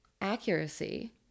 accuracy